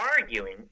arguing